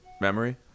memory